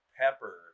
pepper